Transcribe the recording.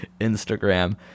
Instagram